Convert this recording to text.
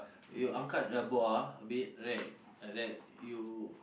you angkat the buah a bit right like that you